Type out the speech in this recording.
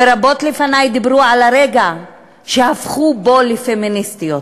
ורבות לפני דיברו על הרגע שהפכו בו לפמיניסטיות.